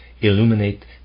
illuminate